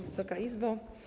Wysoka Izbo!